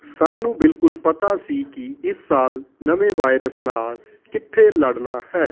ਸਾਨੂੰ ਬਿਲਕੁਲ ਪਤਾ ਸੀ ਕਿ ਇਸ ਨਵੇਂ ਵਾਇਰਸ ਨਾਲ ਕਿੱਥੇ ਲੜਨਾ ਹੈ